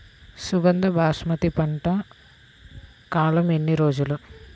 సుగంధ బాసుమతి పంట కాలం ఎన్ని రోజులు?